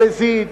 במזיד,